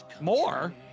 More